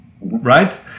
right